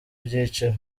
byiciro